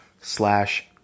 slash